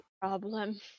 Problem